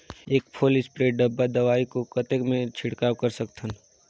एक full spray डब्बा दवाई को कतेक म छिड़काव कर सकथन?